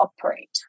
operate